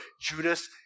Judas